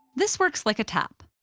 this works like a tap.